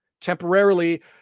temporarily